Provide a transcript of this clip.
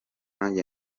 nanjye